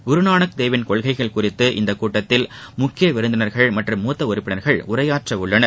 குருநானக் தேவ் ள் கொள்கைகள் குறித்து இக்கூட்டத்தில் முக்கிய விருந்தினர்கள் மற்றும் மூத்த உறுப்பினர்கள் உரையாற்றவுள்ளனர்